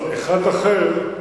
אחד אחר,